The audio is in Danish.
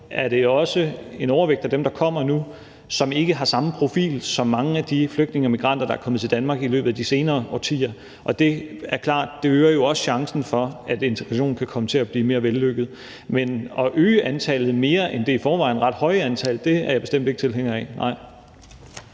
er det også en overvægt af dem, der kommer nu, som ikke har samme profil som mange af de flygtninge og migranter, der er kommet til Danmark i løbet af de senere årtier. Det er klart, at det også øger chancen for, at integrationen kan komme til at blive mere vellykket. Men at øge antallet til flere end det i forvejen ret høje antal er jeg bestemt ikke tilhænger af,